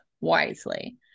wisely